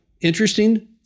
interesting